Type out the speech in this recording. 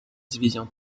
division